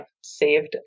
saved